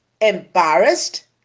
embarrassed